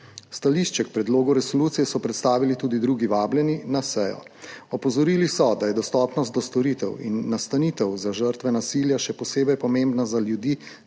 Stališče k predlogu resolucije so predstavili tudi drugi vabljeni na sejo. Opozorili so, da je dostopnost do storitev in nastanitev za žrtve nasilja še posebej pomembna za ljudi